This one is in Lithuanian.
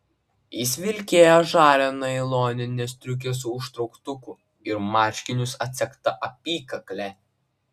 jis vilkėjo žalią nailoninę striukę su užtrauktuku ir marškinius atsegta apykakle